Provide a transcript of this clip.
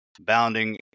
bounding